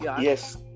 Yes